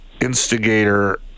instigator